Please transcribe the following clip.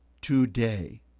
today